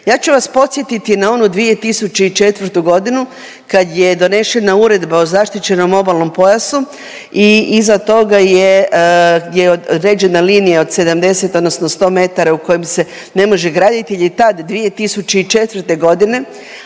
Ja ću vas podsjetiti na onu 2004.g. kad je donešena Uredba o zaštićenom obalnom pojasu i iza toga je određena linija od 70 odnosno 10 metara u kojem se ne može graditi jel je tad 2004.g.